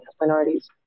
minorities